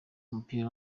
w’umupira